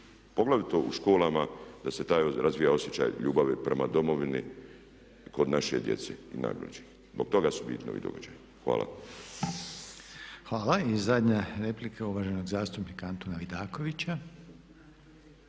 poglavito u školama da se taj razvija osjećaj ljubavi prema Domovini kod naše djece i najmlađih. Zbog toga su bitni ovi događaji. Hvala. **Reiner, Željko (HDZ)** Hvala. I zadnja replika uvaženog zastupnika Antuna Vidakovića.